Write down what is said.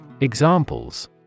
Examples